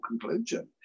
conclusion